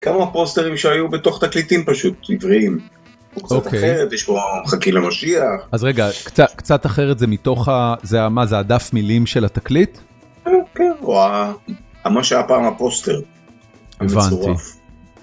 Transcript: כמה פוסטרים שהיו בתוך תקליטים פשוט עבריים. אוקיי. קצת אחרת, יש בו חכי למשיח. אז רגע, קצת אחרת זה מתוך, מה זה, הדף מילים של התקליט? אה, כן, או מה שהיה פעם הפוסטר המצורף.